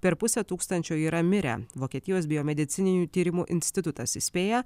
per pusę tūkstančio yra mirę vokietijos biomedicininių tyrimų institutas įspėja